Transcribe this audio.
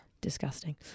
Disgusting